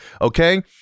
Okay